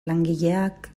langileak